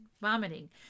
vomiting